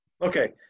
Okay